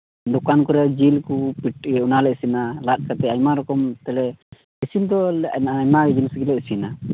ᱫᱚᱠᱟᱱ ᱠᱚᱨᱮ ᱡᱤᱞ ᱠᱚ ᱚᱱᱟ ᱞᱮ ᱤᱥᱤᱱᱟ ᱞᱟᱫ ᱠᱟᱛᱮᱫ ᱟᱭᱢᱟ ᱨᱚᱠᱚᱢ ᱛᱮᱞᱮ ᱤᱥᱤᱱ ᱫᱚ ᱟᱭᱢᱟ ᱟᱭᱟᱢ ᱡᱤᱱᱤᱥ ᱜᱮᱞᱮ ᱤᱥᱤᱱᱟ